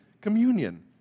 communion